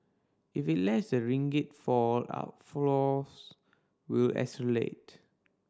if it lets the ringgit fall outflows will accelerate